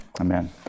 Amen